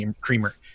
creamer